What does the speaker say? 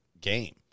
game